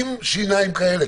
עם שיניים כאלה,